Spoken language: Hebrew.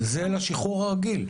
זה לשחרור הרגיל.